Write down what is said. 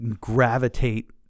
gravitate